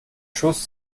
schuss